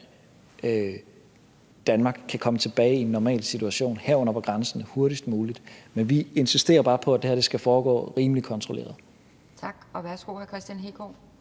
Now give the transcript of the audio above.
Danmark kan komme tilbage i en normal situation, herunder på grænsen, hurtigst muligt, men vi insisterer bare på, at det her skal foregå rimelig kontrolleret. Kl. 18:14 Anden næstformand